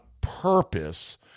purpose